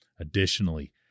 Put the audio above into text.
Additionally